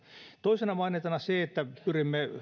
toisena mainintana se että pyrimme